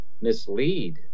mislead